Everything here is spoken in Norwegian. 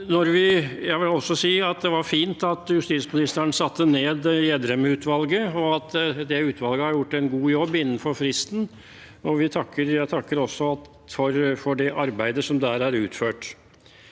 Jeg vil også si at det var fint at justisministeren satte ned Gjedrem-utvalget, og at det utvalget har gjort en god jobb innenfor fristen. Jeg takker også for det arbeidet som der er utført.